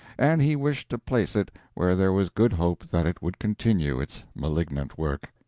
and he wished to place it where there was good hope that it would continue its malignant work.